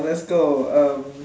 let's go uh